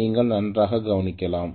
நீங்கள் நன்றாகக் கவனிக்கலாம்